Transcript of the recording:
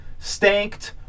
stanked